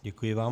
Děkuji vám.